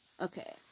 Okay